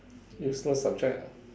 useless subject ah